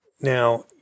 Now